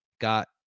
got